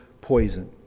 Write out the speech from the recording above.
poison